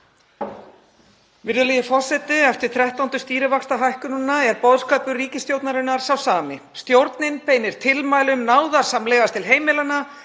Virðulegi forseti. Eftir þrettándu stýrivaxtahækkunina er boðskapur ríkisstjórnarinnar sá sami. Stjórnin beinir tilmælum náðarsamlegast til heimilanna,